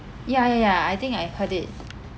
ya ya ya I think I heard it